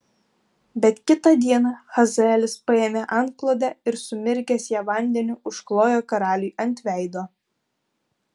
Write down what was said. bet kitą dieną hazaelis paėmė antklodę ir sumirkęs ją vandeniu užklojo karaliui ant veido